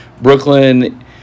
Brooklyn